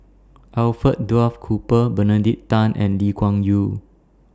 Alfred Duff Cooper Benedict Tan and Lee Kuan Yew